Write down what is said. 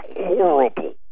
horrible